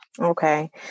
Okay